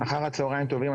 אחר צהריים טובים,